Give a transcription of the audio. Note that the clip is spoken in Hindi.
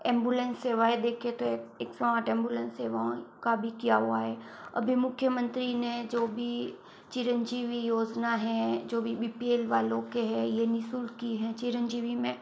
एंबुलेंस सेवाएं देखे तो एक सौ आठ एंबुलेंस सेवाओं का भी किया हुआ है अभी मुख्यमंत्री ने जो भी चिरंजीवी योजना है जो भी बी पी एल वालों के है यह नि शुल्क की है चिरंजीवी में